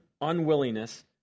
unwillingness